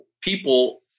people